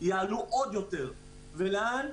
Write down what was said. איך